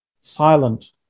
silent